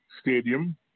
stadium